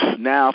now